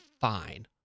fine